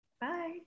Bye